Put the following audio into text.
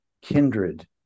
kindred